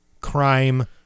crime